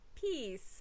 peace